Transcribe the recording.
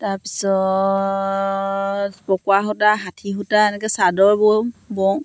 তাৰপিছত পকোৱা সূতা ষাঠি সূতা এনেকৈ চাদৰ বওঁ বওঁ